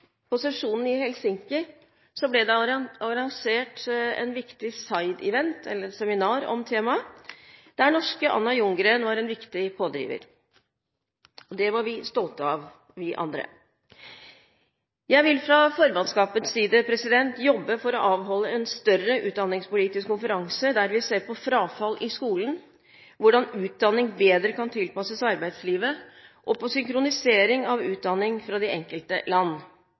På sesjonen i Helsinki ble det arrangert en viktig sideevent, et seminar, om temaet, der norske Anna Ljunggren var en viktig pådriver. Det var vi stolte av, vi andre. Jeg vil fra formannskapets side jobbe for å avholde en større utdanningspolitisk konferanse, der vi ser på frafall i skolen, hvordan utdanning bedre kan tilpasses arbeidslivet og på synkronisering av utdanning fra de enkelte land.